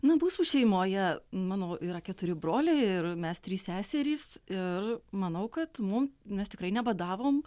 nu mūsų šeimoje mano yra keturi broliai ir mes trys seserys ir manau kad mum mes tikrai nebadavom